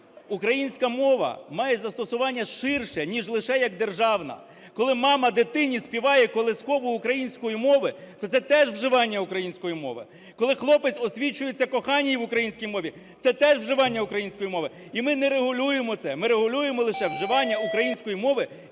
Українська мова має застосування ширше ніж лише як державна, коли мама дитині співає колискову українською мовою, то це теж вживання української мови. Коли хлопець освідчується коханій в українській мові, це теж вживання української мови. І ми не регулюємо це, ми регулюємо лише вживання української мови